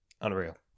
Unreal